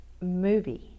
movie